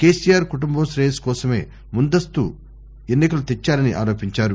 కెసిఆర్ కుటుంబ శ్రేయస్సు కోసమే ముందస్సు ఎన్నికలు తెచ్చారని ఆరోపించారు